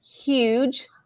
Huge